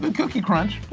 but cookie crunch,